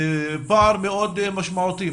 זה פער מאוד משמעותי.